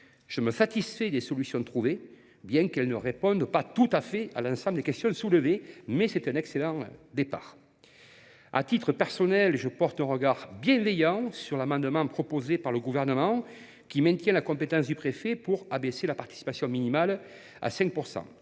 Je me satisfais des solutions trouvées, bien qu’elles ne répondent pas tout à fait à l’ensemble des questions soulevées. Il s’agit néanmoins d’un excellent départ. À titre personnel, je portais un regard bienveillant sur l’amendement déposé par le Gouvernement visant à maintenir la compétence du préfet pour abaisser la participation minimale à 5 %.